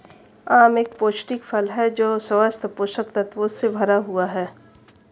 आम एक पौष्टिक फल है जो स्वस्थ पोषक तत्वों से भरा हुआ है